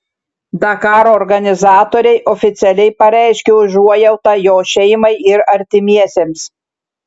dakaro organizatoriai oficialiai pareiškė užuojautą jo šeimai ir artimiesiems